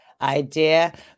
idea